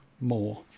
more